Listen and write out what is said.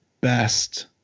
best